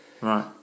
Right